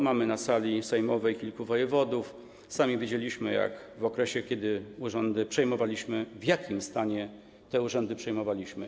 Mamy na sali sejmowej kilku wojewodów - sami widzieliśmy w okresie, kiedy urzędy przejmowaliśmy, w jakim stanie te urzędy przejmowaliśmy.